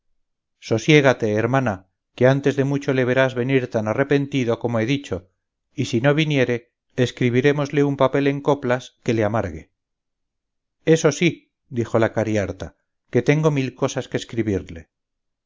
muerto sosiégate hermana que antes de mucho le verás venir tan arrepentido como he dicho y si no viniere escribirémosle un papel en coplas que le amargue eso sí dijo la cariharta que tengo mil cosas que escribirle